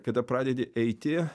kada pradedi eiti